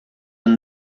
and